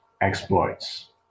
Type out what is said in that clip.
exploits